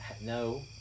no